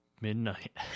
midnight